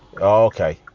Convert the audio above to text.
Okay